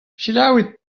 selaouit